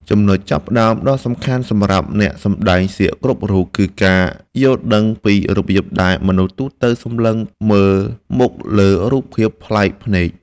ចំណុចចាប់ផ្តើមដ៏សំខាន់សម្រាប់អ្នកសម្តែងសៀកគ្រប់រូបគឺការយល់ដឹងពីរបៀបដែលមនុស្សទូទៅសម្លឹងមើលមកលើរូបភាពប្លែកភ្នែក។